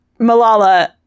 Malala